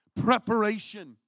preparation